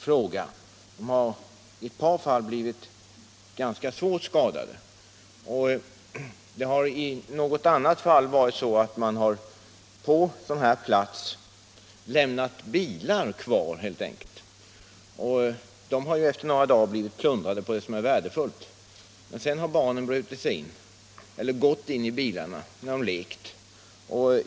Barnen har i ett par fall blivit ganska svårt skadade. Det har hänt att man på sådana här platser helt enkelt har lämnat kvar bilar. De har efter några dagar blivit plundrade på allt som är värdefullt, men sedan har barn tagit sig in i bilarna och lekt.